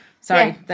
Sorry